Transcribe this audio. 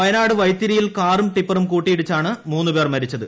വയനാട് വൈത്തിരിയിൽ കാറും ടിപ്പറും കൂട്ടിയിടിച്ചാണ് മൂന്നു പേർ മരിച്ചത്